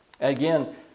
Again